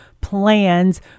plans